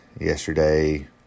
yesterday